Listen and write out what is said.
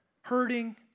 hurting